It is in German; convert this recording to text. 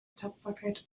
tapferkeit